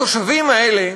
התושבים האלה,